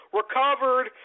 recovered